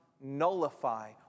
nullify